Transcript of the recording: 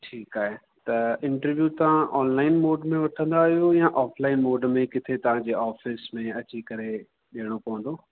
ठीकु आहे त इंटरव्यू तव्हां ऑनलाइन मोड में वठंदा आहियो या ऑफ़लाइन मोड में किथे तव्हांजे ऑफ़िस में अची करे ॾियणो पवंदो